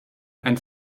ein